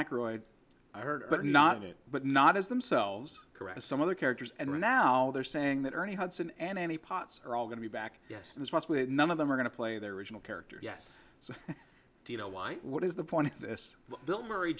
aykroyd i heard but not in it but not as themselves correct as some other characters and right now they're saying that any hudson and any pots are all going to be back yes and it's none of them are going to play their original character yes so do you know why what is the point of this bill murray